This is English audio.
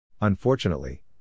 Unfortunately